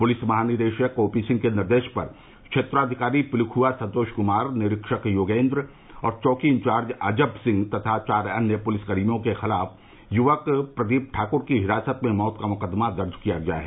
police महानिदेशक OP Singh के निर्देश पर क्षेत्राधिकारी पिलखुआ संतोष कुमार निरीक्षक योगेन्द्र और चौकी इंचार्ज अजब सिंह तथा चार अन्य पुलिसकर्मियों के खिलाफ युवक प्रदीप ठाकुर की हिरासत में मौत का मुकदमा दर्ज किया गया है